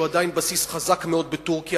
שהוא עדיין בסיס חזק מאוד בטורקיה,